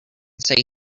say